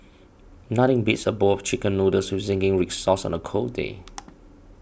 nothing beats a bowl of Chicken Noodles with Zingy Red Sauce on a cold day